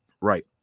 Right